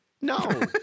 No